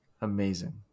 Amazing